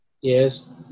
Yes